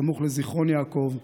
סמוך לזיכרון יעקב,